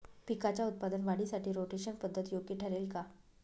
पिकाच्या उत्पादन वाढीसाठी रोटेशन पद्धत योग्य ठरेल का?